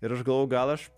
ir aš galvojau gal aš